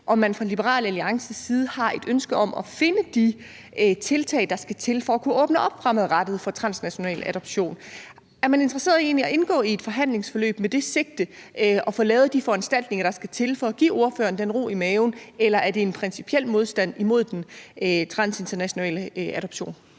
om man fra Liberal Alliances side har et ønske om at finde de tiltag, der skal til for at kunne åbne op for transnationale adoptioner fremadrettet. Er man egentlig interesseret i at indgå i et forhandlingsforløb med det sigte at få lavet de foranstaltninger, der skal til for at give ordføreren den ro i maven, eller er der en principiel modstand imod transnational adoption?